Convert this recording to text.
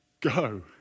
go